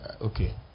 Okay